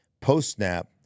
Post-snap